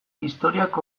historiak